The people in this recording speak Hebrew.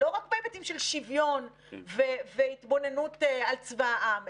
לא רק בהיבטים של שוויון והתבוננות על צבא העם,